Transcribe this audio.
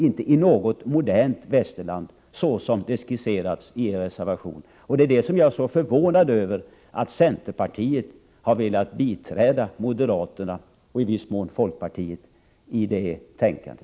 Inte i något modernt västerland har man gjort det som skisseras i er reservation. Det som är så förvånande är att centerpartiet har velat biträda moderaterna och i viss mån folkpartiet i detta tänkande.